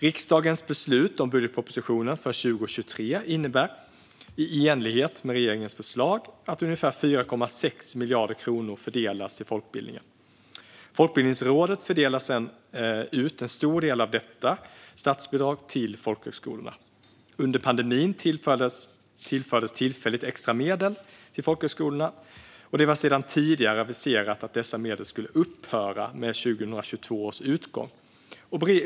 Riksdagens beslut om budgetpropositionen för 2023 innebär, i enlighet med regeringens förslag, att cirka 4,6 miljarder kronor fördelas till folkbildningen. Folkbildningsrådet fördelar sedan ut en stor del av detta statsbidrag till folkhögskolorna. Under pandemin tillfördes tillfälligt extra medel till folkhögskolorna. Det var sedan tidigare aviserat att dessa medel skulle upphöra med 2022 års utgång.